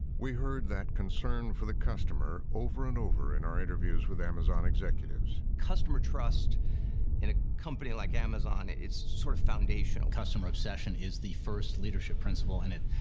we heard that concern for the customer over and over in our interviews with amazon executives. customer trust in a company like amazon, it's sort of foundational. customer obsession is the first leadership principle, and it,